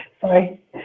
Sorry